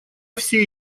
все